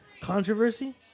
controversy